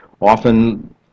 often